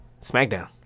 Smackdown